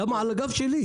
למה על הגב של?